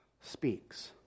speaks